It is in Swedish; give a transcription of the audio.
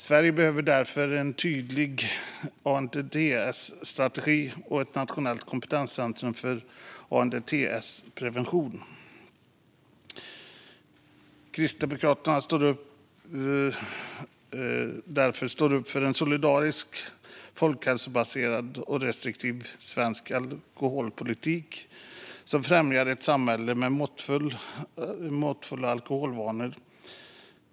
Sverige behöver därför en tydlig ANDTS-strategi och ett nationellt kompetenscentrum för ANDTS-prevention. Kristdemokraterna står upp för en solidarisk, folkhälsobaserad och restriktiv svensk alkoholpolitik som främjar ett samhälle med måttfulla alkoholvanor.